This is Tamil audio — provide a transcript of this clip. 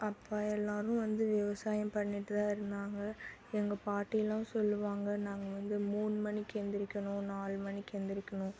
அப்பா எல்லோரும் வந்து விவசாயம் பண்ணிட்டு தான் இருந்தாங்க எங்கள் பாட்டிலாம் சொல்வாங்க நாங்கள் வந்து மூணு மணிக்கு எழுந்திரிக்கணும் நாலு மணிக்கு எழுந்திரிக்கணும்